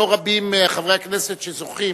לא רבים מחברי הכנסת זוכים